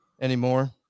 anymore